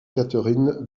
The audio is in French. catherine